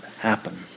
happen